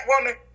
woman